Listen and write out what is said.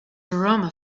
aroma